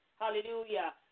Hallelujah